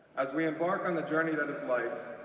as we embark on the journey that is life,